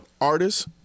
Artists